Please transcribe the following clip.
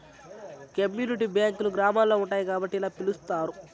community బ్యాంకులు గ్రామాల్లో ఉంటాయి కాబట్టి ఇలా పిలుత్తారు